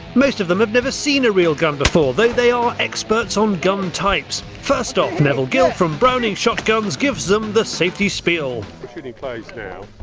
most of them have never seen a real gun before, though they are experts on gun types. first off, neville gill from browning shotguns gives them the safety spiel. we are shooting clays now.